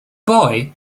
boy